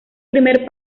primer